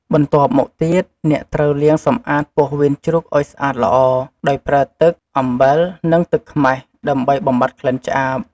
បន្ទាប់មកទៀត អ្នកត្រូវលាងសម្អាតពោះវៀនជ្រូកឱ្យស្អាតល្អ ដោយប្រើទឹក អំបិល និងទឹកខ្មេះ ដើម្បីបំបាត់ក្លិនឆ្អាប។